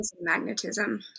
Magnetism